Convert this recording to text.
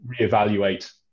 reevaluate